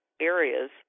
areas